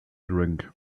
drink